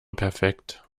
perfekt